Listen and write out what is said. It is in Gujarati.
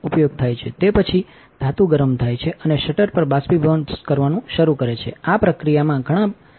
તે પછી ધાતુ ગરમ થાય છે અનેશટરપર બાષ્પીભવન કરવાનું શરૂ કરે છેઆ પ્રક્રિયામાં ઘણા મિનિટ લાગી શકે છે